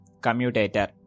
commutator